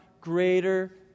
greater